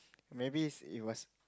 maybe it was